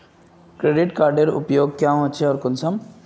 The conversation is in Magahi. क्रेडिट कार्डेर उपयोग क्याँ होचे आर कुंसम?